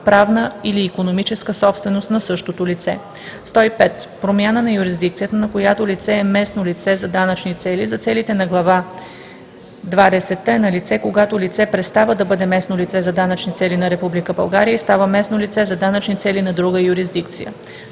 правна или икономическа собственост на същото лице. 105. „Промяна на юрисдикцията, на която лице е местно лице за данъчни цели“ за целите на глава двадесета е налице, когато лице престава да бъде местно лице за данъчни цели на Република България и става местно лице за данъчни цели на друга юрисдикция.